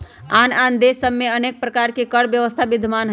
आन आन देश सभ में अनेक प्रकार के कर व्यवस्था विद्यमान हइ